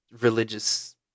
Religious